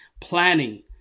planning